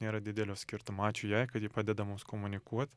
nėra didelio skirtumo ačiū jai kad ji padeda mums komunikuot